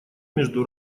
между